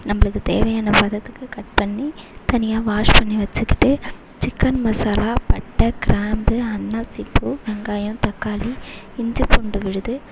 நம்மளுக்கு தேவையான பதத்துக்கு கட் பண்ணி தனியாக வாஷ் பண்ணி வச்சுக்கிட்டு சிக்கன் மசாலா பட்டை கிராம்பு அன்னாசிப்பூ வெங்காயம் தக்காளி இஞ்சி பூண்டு விழுது